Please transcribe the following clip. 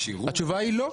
התשובה היא לא.